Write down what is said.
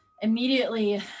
immediately